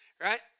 right